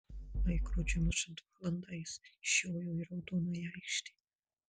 laikrodžiui mušant valandą jis išjojo į raudonąją aikštę